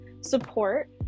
support